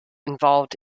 involved